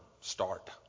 start